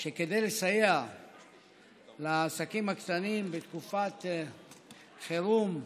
שכדי לסייע לעסקים הקטנים בתקופת חירום,